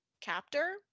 captor